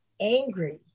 angry